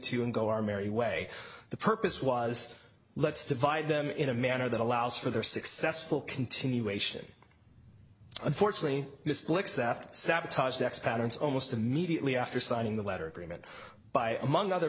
two and go our merry way the purpose was let's divide them in a manner that allows for their successful continuation unfortunately this looks that sabotage next patterns almost immediately after signing the letter agreement by among other